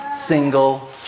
single